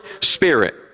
spirit